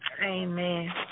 Amen